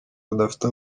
badafite